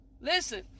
Listen